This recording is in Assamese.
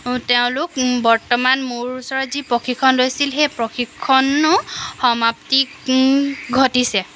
তেওঁলোক বৰ্তমান মোৰ ওচৰত যি প্ৰশিক্ষণ লৈছিল সেই প্ৰশিক্ষণো সমাপ্তি ঘটিছে